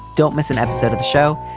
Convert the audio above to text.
don't miss an episode of the show.